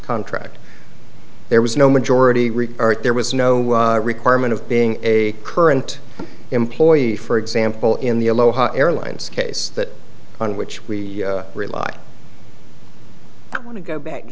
contract there was no majority there was no requirement of being a current employee for example in the aloha airlines case that on which we rely i want to go back